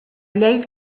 llei